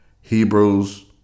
Hebrews